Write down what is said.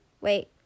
wait